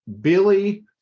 Billy